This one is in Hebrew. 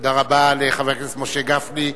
תודה רבה לחבר הכנסת משה גפני.